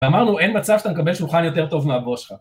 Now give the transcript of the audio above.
ואמרנו, אין מצב שאתה מקבל שולחן יותר טוב מהבוס שלך.